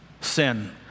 Sin